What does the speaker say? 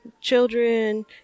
children